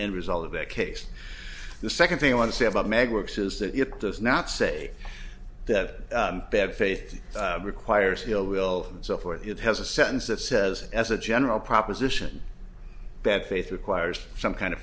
end result of that case the second thing i want to say about meg works is that it does not say that bad faith requires the ill will and so forth it has a sentence that says as a general proposition that faith requires some kind of